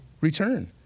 return